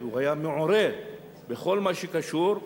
הוא היה מעורה בכל מה שקשור,